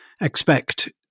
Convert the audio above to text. expect